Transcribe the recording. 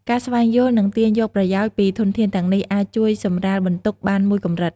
ការស្វែងយល់ និងទាញយកប្រយោជន៍ពីធនធានទាំងនេះអាចជួយសម្រាលបន្ទុកបានមួយកម្រិត។